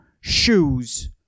shoes